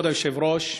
כבוד היושב-ראש,